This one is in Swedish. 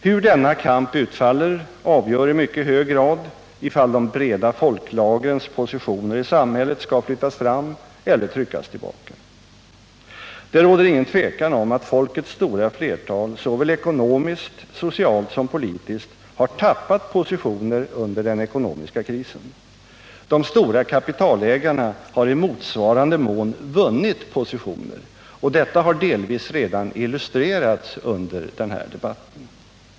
Hur denna kamp utfaller avgör i mycket hög grad ifall de breda folklagrens positioner i samhället skall flyttas fram eller tryckas tillbaka. Det råder inget tvivel om att folkets stora flertal såväl ekonomiskt, socialt som politiskt har tappat positioner under den ekonomiska krisen. De stora kapitalägarna har i motsvarande mån vunnit positioner, och detta har delvis redan illustrerats under den här debatten.